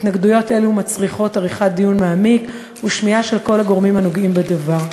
התנגדויות אלו מצריכות דיון מעמיק ושמיעה של כל הגורמים הנוגעים בדבר,